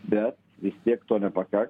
bet vis tiek to nepakaks